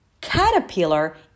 caterpillar